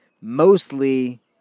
mostly